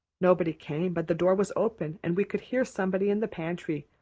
nobody came but the door was open and we could hear somebody in the pantry,